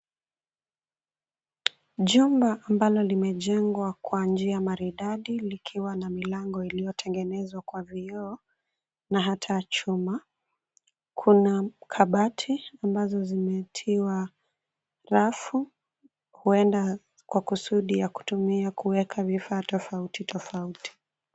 Jumba ambalo limejengwa kwa njia maridadi, likwa na milango iliyotengenezwa kwa vioo na hata chuma. Kuna kabati ambazo zimetiwa rafu huenda kwa kusudi ya kutumia kuweka vifaa tofauti tofauti.